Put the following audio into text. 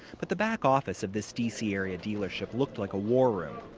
but the back office of this d c area dealership looked like a war room.